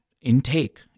intake